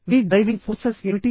మీ driving forces ఏమిటి